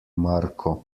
marko